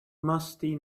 musty